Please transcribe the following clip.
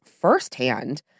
firsthand